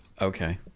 Okay